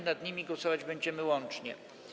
Nad nimi głosować będziemy łącznie.